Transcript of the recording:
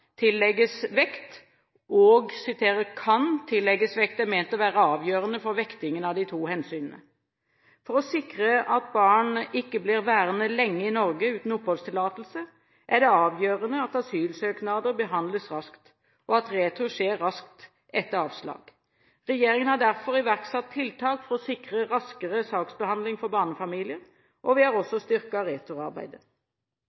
tillegges vekt og «kan» tillegges vekt er ment å være avgjørende for vektingen av de to hensynene. For å sikre at barn ikke blir værende lenge i Norge uten oppholdstillatelse, er det avgjørende at asylsøknader behandles raskt, og at retur skjer raskt etter avslag. Regjeringen har derfor iverksatt tiltak for å sikre raskere saksbehandling for barnefamilier, og vi har